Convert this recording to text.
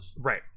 Right